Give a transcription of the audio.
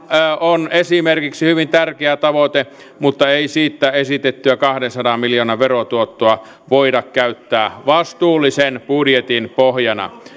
on hyvin tärkeä tavoite mutta ei siitä esitettyä kahdensadan miljoonan verotuottoa voida käyttää vastuullisen budjetin pohjana